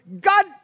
God